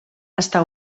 està